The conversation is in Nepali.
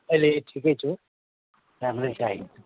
अहिले ठिकै छु राम्रै छ अहिले